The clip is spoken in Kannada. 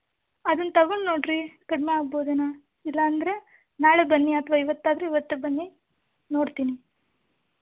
ಅದನ್ನು ತೊಗೊಂಡು ನೋಡಿರಿ ಕಡಿಮೆ ಆಗ್ಬೋದೇನೋ ಇಲ್ಲ ಅಂದರೆ ನಾಳೆ ಬನ್ನಿ ಅಥವಾ ಇವತ್ತಾದರೆ ಇವತ್ತೇ ಬನ್ನಿ ನೋಡ್ತೀನಿ